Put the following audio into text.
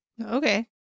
Okay